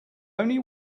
only